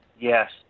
Yes